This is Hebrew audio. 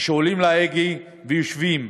כשהם עולים להגה ויושבים